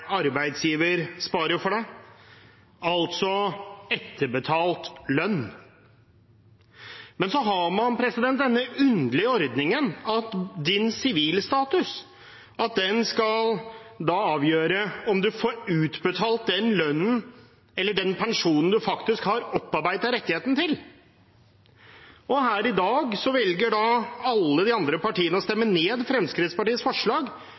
sparer for deg. Altså etterbetalt lønn. Men så har man denne underlige ordningen at sivilstatusen skal avgjøre om man får utbetalt den lønnen eller den pensjonen man faktisk har opparbeidet seg rettigheten til. Her i dag velger alle de andre partiene å stemme ned Fremskrittspartiets forslag,